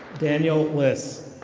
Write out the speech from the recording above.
daniel liss.